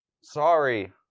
Sorry